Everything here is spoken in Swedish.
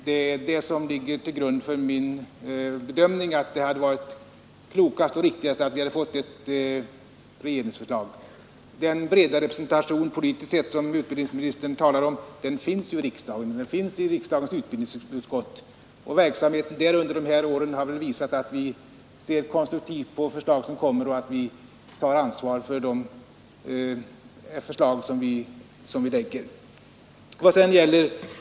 Det är det som ligger till grund för min bedömning att det hade varit klokast och riktigast att vi hade fått ett regeringsförslag. Den breda politiska representation som utbildningsministern talar om finns ju i riksdagens utbildningsutskott, och verksamheten under de gångna åren har väl visat att vi utför ett konstruktivt arbete och att vi tar ansvar för de förslag vi själva lägger fram.